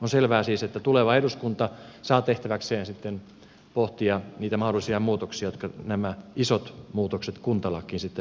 on selvää siis että tuleva eduskunta saa tehtäväkseen pohtia niitä mahdollisia muutoksia jotka nämä isot muutokset kuntalakiin sitten aiheuttavat